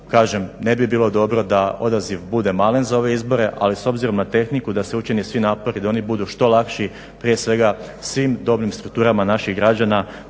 kažem ne bi bilo dobro da odaziv bude malen za ove izbore, ali s obzirom na tehniku da se učine svi napori, da oni budu što lakši, prije svega svim dobrim strukturama naših građana